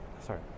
sorry